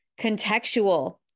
Contextual